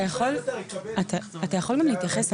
אתה יכול גם להתייחס,